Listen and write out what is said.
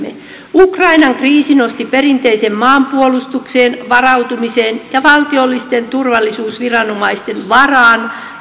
ukrainan kriisi nosti perinteiseen maanpuolustukseen varautumisen ja valtiollisten turvallisuusviranomaisten varaan